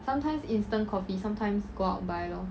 sometimes instant coffee sometimes go out buy lor